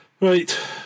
Right